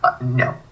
No